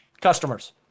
customers